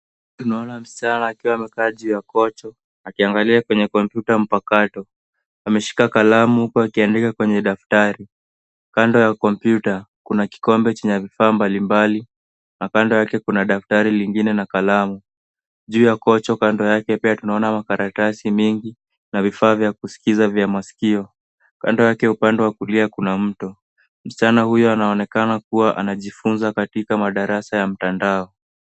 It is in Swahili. Naona msichana akiwa amekaa juu ya kochi akiangalia kwenye kompyuta mpakato. Ameshika kalamu huku akiandika kwenye daftari. Kando ya kompyuta kuna kikombe chenye vifaa mbalimbali na kando yake kuna daftari lingine na kalamu. Juu ya kochi kando yake pia tunaona makaratasi mingi na vifaa vya kusikiza vya masikio. Kando yake upande wa kulia kuna mto. Msichana huyo anaonekana kuwa anajifunza katika madarasa ya mtandao.